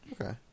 Okay